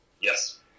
Yes